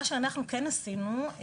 מה שאנחנו כן עשינו,